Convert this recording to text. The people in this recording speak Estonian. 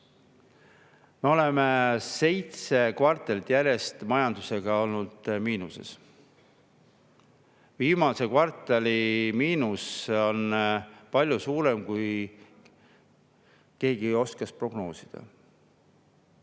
Me oleme seitse kvartalit järjest majandusega olnud miinuses. Viimase kvartali miinus on palju suurem, kui keegi oskas prognoosida.